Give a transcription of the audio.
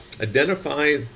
identify